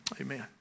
Amen